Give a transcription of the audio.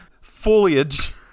Foliage